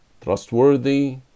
trustworthy